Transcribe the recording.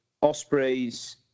Ospreys